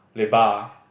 Lebar